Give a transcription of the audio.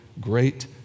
great